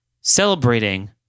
Celebrating